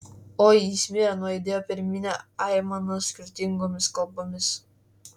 oi jis mirė nuaidėjo per minią aimana skirtingomis kalbomis